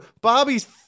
Bobby's